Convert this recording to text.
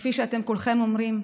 כפי שאתם כולכם אומרים,